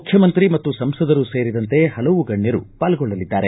ಮುಖ್ಯಮಂತ್ರಿ ಮತ್ತು ಸಂಸದರು ಸೇರಿದಂತೆ ಹಲವು ಗಣ್ಣರು ಪಾಲ್ಗೊಳ್ಳಲಿದ್ದಾರೆ